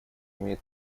имеет